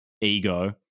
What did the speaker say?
ego